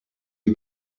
you